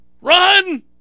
Run